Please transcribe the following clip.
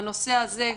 בנושא הזה,